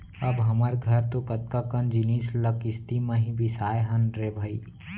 अब हमर घर तो कतका कन जिनिस ल किस्ती म ही बिसाए हन रे भई